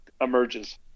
emerges